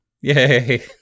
Yay